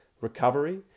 recovery